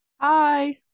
Hi